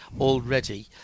already